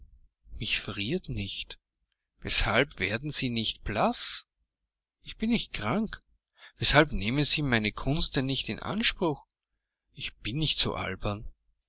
mich friert nicht weshalb werden sie nicht blaß ich bin nicht krank weshalb nehmen sie meine kunst denn nicht in anspruch ich bin nicht so albern